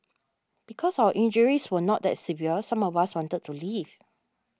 because our injuries were not that severe some of us wanted to leave